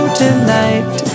tonight